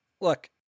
Look